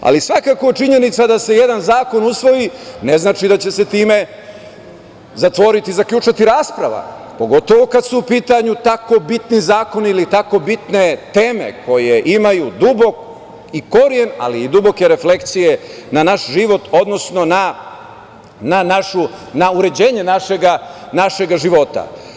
Ali, svakako činjenica da se jedan zakon usvoji, ne znači da će se time zatvoriti, zaključati rasprava, pogotovo kada su u pitanju tako bitni zakoni ili tako bitne teme koje imaju dubok i koren, ali i duboke reflekcije na naš život, odnosno na našu, na uređenje našega života.